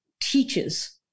teaches